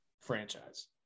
franchise